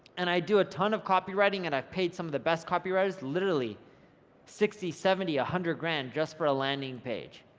and i do a ton of copywriting, and i've paid some of the best copywriters, literally sixty, seventy, one ah hundred grand, just for a landing page,